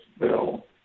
bill